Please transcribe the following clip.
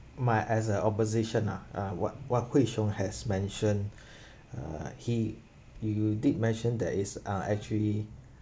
my as an opposition ah ah what what gui xiong has mentioned uh he you did mention that is uh actually